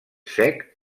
sec